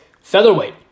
Featherweight